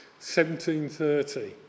1730